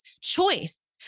choice